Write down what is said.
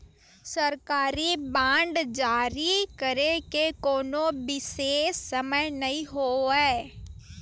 सरकारी बांड जारी करे के कोनो बिसेस समय नइ होवय